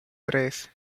tres